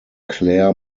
clare